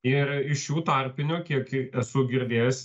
ir iš jų tarpinio kiek kiek esu girdėjęs